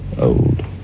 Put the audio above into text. old